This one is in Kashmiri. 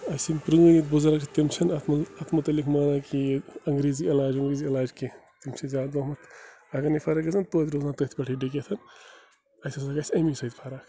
اَسہِ یِم پرٛٲنۍ بزَرٕگ چھِ تِم چھِنہٕ اَتھ اَتھ متعلق مانان کِہیٖنۍ انٛگریزی علاج ونٛگریزی علاج کیٚنٛہہ تِم چھِ زیادٕ پَہمَتھ اگر نہٕ فرق گژھِ نَہ تویتہِ روزان تٔتھۍ پٮ۪ٹھٕے ڈٔکِتھ اَسہِ ہسا گژھِ اَمی سۭتۍ فرق